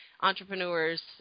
entrepreneurs